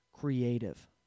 creative